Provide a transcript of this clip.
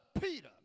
Peter